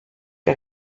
que